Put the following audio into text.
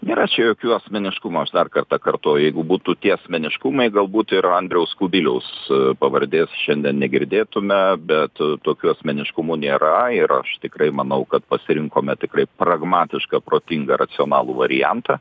nėra čia jokių asmeniškumų aš dar kartą kartoju jeigu būtų tie asmeniškumai galbūt ir andriaus kubiliaus pavardės šiandien negirdėtume bet tokių asmeniškumų nėra ir aš tikrai manau kad pasirinkome tikrai pragmatišką protingą racionalų variantą